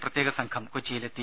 യുടെ പ്രത്യേകസംഘം കൊച്ചിയിലെത്തി